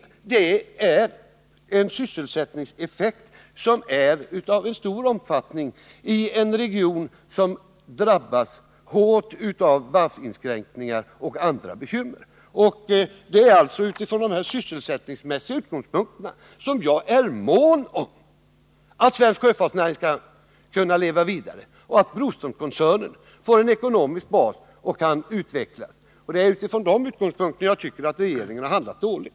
Och det är en sysselsättningseffekt som är av stor omfattning i en region som drabbas hårt av varvsinskränkningar och andra bekymmer. Det är alltså utifrån de här sysselsättningsmässiga utgångspunkterna som jag är mån om att svensk sjöfartsnäring skall kunna leva vidare och att Broströmskoncernen får en ekonomisk bas och kan utvecklas. Det är utifrån de utgångspunkterna som jag tycker att regeringen har handlat dåligt.